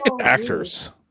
actors